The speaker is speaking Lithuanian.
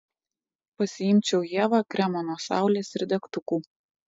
pasiimčiau ievą kremo nuo saulės ir degtukų